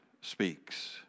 speaks